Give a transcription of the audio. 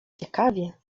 ciekawie